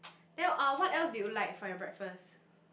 then uh what else do you like for your breakfast